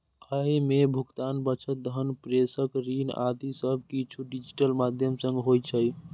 अय मे भुगतान, बचत, धन प्रेषण, ऋण आदि सब किछु डिजिटल माध्यम सं होइ छै